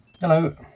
hello